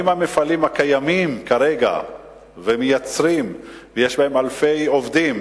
האם המפעלים הקיימים כרגע ומייצרים ויש בהם אלפי עובדים